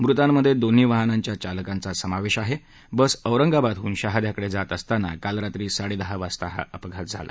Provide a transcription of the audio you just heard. मृतांमध्य ब्रीन्ही वाहनांच्या चालकांचा समावधी आहा ब्रेस औरंगाबादहून शहाद्याकड जात असताना काल रात्री साडेट्का वाजता हा अपघात झाला